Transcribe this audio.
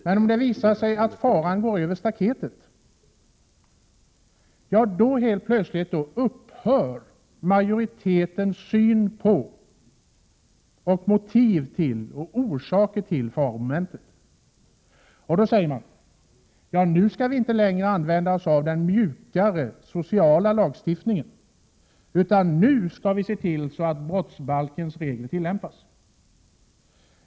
Men om det visar sig att faran går över staketet, får majoriteten helt plötsligt en annan syn på faromomentet. Då säger man: Nu skall vi inte längre använda oss av den mjukare sociallagstiftningen, utan nu skall vi se till att brottsbalkens regler tillämpas.